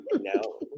No